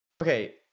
Okay